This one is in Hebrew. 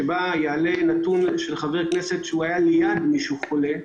שבה יעלה נתון של חבר כנסת שהיה ליד מישהו חולה,